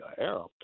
Arab